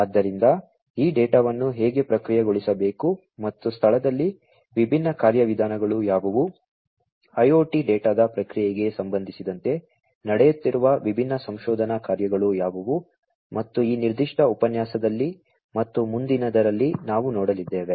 ಆದ್ದರಿಂದ ಈ ಡೇಟಾವನ್ನು ಹೇಗೆ ಪ್ರಕ್ರಿಯೆಗೊಳಿಸಬೇಕು ಮತ್ತು ಸ್ಥಳದಲ್ಲಿ ವಿಭಿನ್ನ ಕಾರ್ಯವಿಧಾನಗಳು ಯಾವುವು IoT ಡೇಟಾದ ಪ್ರಕ್ರಿಯೆಗೆ ಸಂಬಂಧಿಸಿದಂತೆ ನಡೆಯುತ್ತಿರುವ ವಿಭಿನ್ನ ಸಂಶೋಧನಾ ಕಾರ್ಯಗಳು ಯಾವುವು ಮತ್ತು ಈ ನಿರ್ದಿಷ್ಟ ಉಪನ್ಯಾಸದಲ್ಲಿ ಮತ್ತು ಮುಂದಿನದರಲ್ಲಿ ನಾವು ನೋಡಲಿದ್ದೇವೆ